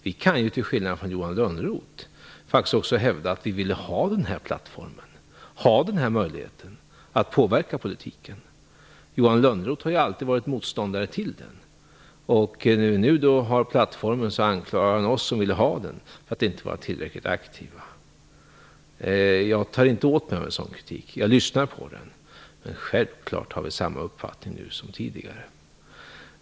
Vi kan ju, till skillnad från Johan Lönnroth, faktiskt också hävda att vi vill ha den här plattformen och den här möjligheten att påverka politiken. Johan Lönnroth har alltid varit motståndare till den. När vi nu har plattformen anklagar han oss som vill ha den för att inte vara tillräckligt aktiva. Jag tar inte åt mig av en sådan kritik. Jag lyssnar på den. Självklart har vi samma uppfattning nu som tidigare.